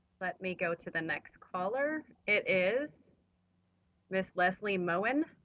but me go to the next caller, it is ms. leslie moen.